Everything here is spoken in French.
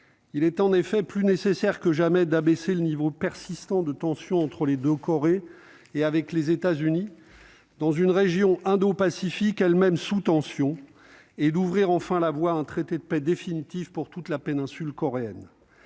Il est en effet plus que jamais nécessaire d'abaisser le niveau persistant des tensions entre les deux Corées, ainsi qu'entre la Corée du Nord et les États-Unis, dans une région indo-pacifique elle-même sous tension, et d'ouvrir enfin la voie à un traité de paix définitif pour toute la péninsule coréenne.